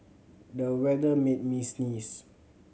the weather made me sneeze